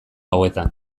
hauetan